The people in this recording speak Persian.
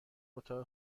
اتاق